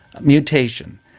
mutation